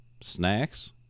snacks